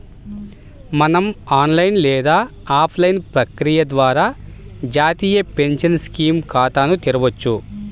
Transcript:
మనం ఆన్లైన్ లేదా ఆఫ్లైన్ ప్రక్రియ ద్వారా జాతీయ పెన్షన్ స్కీమ్ ఖాతాను తెరవొచ్చు